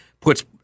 puts